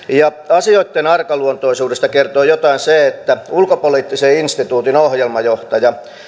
asioitten arkaluontoisuudesta kertoo jotain se että ulkopoliittisen instituutin ohjelmajohtaja